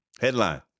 Headline